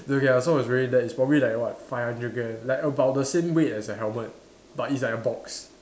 so ya so it was already that it was probably like what five hundred gramme like about the same weight as a helmet but it's like a box